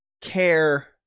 care